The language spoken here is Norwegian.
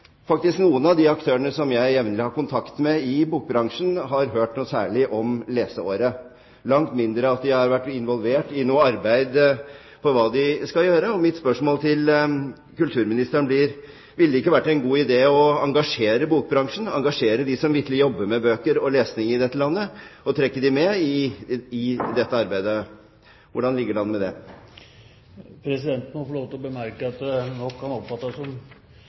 noen av de aktørene i bokbransjen som jeg jevnlig har kontakt med, har hørt noe særlig om leseåret – og langt mindre har vært involvert i noe arbeid om hva de skal gjøre. Mitt spørsmål til kulturministeren blir: Ville det ikke vært en god idé å engasjere bokbransjen, engasjere dem som vitterlig jobber med bøker og lesning i dette landet, og trekke dem med i dette arbeidet? Hvordan ligger det an når det gjelder dette? Presidenten må få lov til å bemerke at det nok kan oppfattes